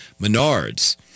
Menards